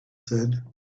said